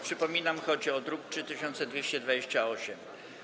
Przypominam, że chodzi o druk nr 3228.